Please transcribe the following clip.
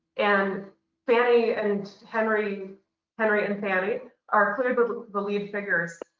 and fanny and henry henry and fanny are clearly but the lead figures.